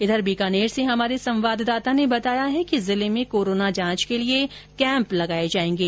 इधर बीकानेर से हमारे संवाददाता ने बताया है कि जिले में कोरोना जांच के लिए कैम्प लगाये जायेंगे